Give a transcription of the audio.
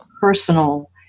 personal